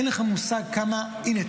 אין לך מושג כמה - הינה,